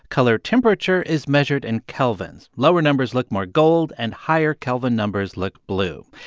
color temperature is measured in kelvins. lower numbers look more gold, and higher kelvin numbers look blue.